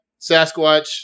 Sasquatch